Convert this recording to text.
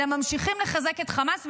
אלא ממשיכים לחזק את חמאס.